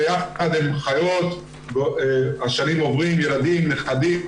ביחד הן חיות, השנים עוברות, ילדים, נכדים,